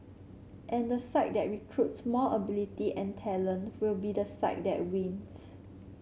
and the side that recruits more ability and talent will be the side that wins